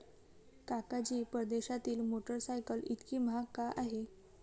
काका जी, परदेशातील मोटरसायकल इतकी महाग का आहे?